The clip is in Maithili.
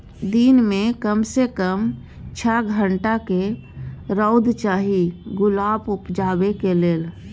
दिन मे कम सँ कम छअ घंटाक रौद चाही गुलाब उपजेबाक लेल